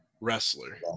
wrestler